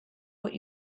what